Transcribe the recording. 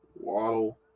Waddle